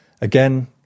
again